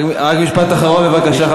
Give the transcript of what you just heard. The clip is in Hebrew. נסים, נסים, רק משפט אחרון, בבקשה.